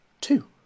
two